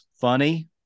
funny